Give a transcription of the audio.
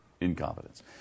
incompetence